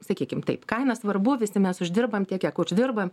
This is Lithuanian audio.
sakykim taip kaina svarbu visi mes uždirbam tiek kiek uždirbam